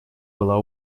была